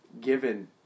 Given